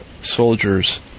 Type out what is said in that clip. soldiers